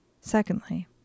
Secondly